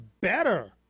better